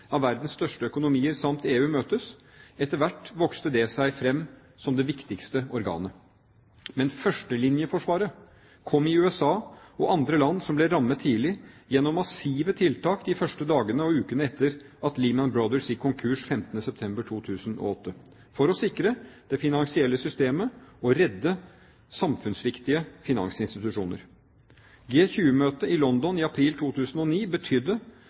av verdens største økonomier samt EU møtes – vokste etter hvert fram som det viktigste organet. Men førstelinjeforsvaret kom i USA og andre land som ble rammet tidlig, gjennom massive tiltak de første dagene og ukene etter at Lehman Brothers gikk konkurs 15. september 2008, for å sikre det finansielle systemet og redde samfunnsviktige finansinstitusjoner. G20-møtet i London i april 2009 betydde